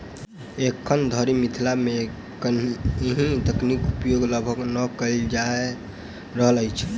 एखन धरि मिथिला मे एहि तकनीक उपयोग लगभग नै कयल जा रहल अछि